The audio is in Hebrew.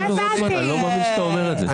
לא מאמין שאתה אומר את זה.